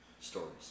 Stories